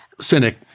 cynic